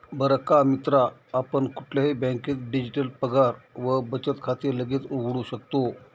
बर का मित्रा आपण कुठल्याही बँकेत डिजिटल पगार व बचत खाते लगेच उघडू शकतो